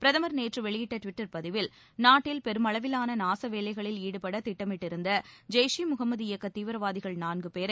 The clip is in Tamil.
பிரதமர் நேற்று வெளியிட்ட ட்விட்டர் பதிவில் நாட்டில் பெருமளவிலான நாசவேலைகளில் ஈடுபட திட்டமிட்டிருந்த ஜெய்ஷ் இ முஹமது இயக்கத் தீவிரவாதிகள் நான்கு பேரை